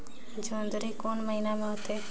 जोंदरी कोन महीना म होथे?